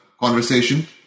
conversation